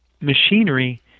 machinery